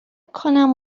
کنم